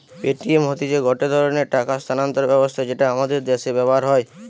Paytm হতিছে গটে ধরণের টাকা স্থানান্তর ব্যবস্থা যেটা আমাদের দ্যাশে ব্যবহার হয়